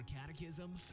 catechism